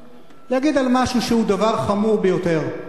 להגיד על משהו שהוא דבר חמור ביותר.